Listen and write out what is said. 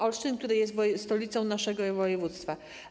Olsztyn, który jest stolicą naszego województwa.